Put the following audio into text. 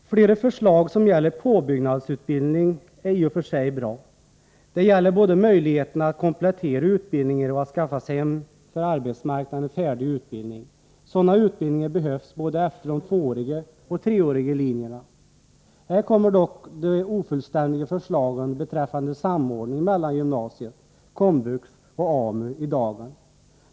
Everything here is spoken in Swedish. Flera förslag som gäller påbyggnadsutbildning är i och för sig bra. Det gäller både möjligheterna att komplettera utbildningar och att skaffa sig en för arbetsmarknaden färdig utbildning. Sådana utbildningar behövs både Här kommer dock de ofullständiga förslagen beträffande samordning mellan gymnasiet, komvux och AMU i dagen.